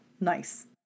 Nice